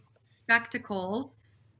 spectacles